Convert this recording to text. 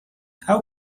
how